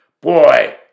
Boy